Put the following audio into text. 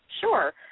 Sure